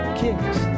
kicks